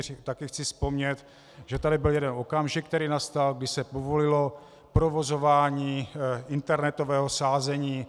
A také chci vzpomenout, že tady byl jeden okamžik, který nastal, když se povolilo provozování internetového sázení.